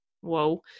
whoa